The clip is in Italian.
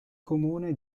comune